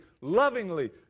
lovingly